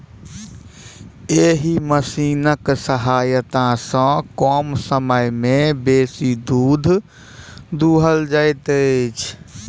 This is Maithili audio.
एहि मशीनक सहायता सॅ कम समय मे बेसी दूध दूहल जाइत छै